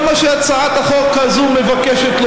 חושבת שהיום הזה הוא בכלל יום שאנחנו מעבירים חוקים מאוד חשובים: גם